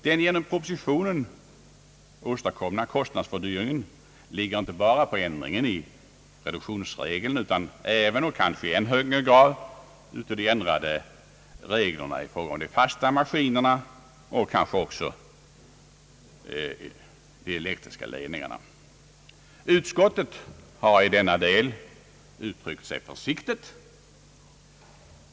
Den genom propositionen åstadkomna kostnadshöjningen ligger inte bara på ändringen i reduktionsregeln utan även och kanske i än högre grad på de ändrade reglerna i fråga om fasta maskiner och måhända också elektriska ledningar. Utskottet har i denna del uttryckt sig försiktigt.